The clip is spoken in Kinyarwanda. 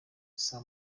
saa